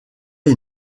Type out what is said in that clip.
est